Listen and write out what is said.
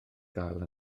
gael